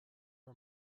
are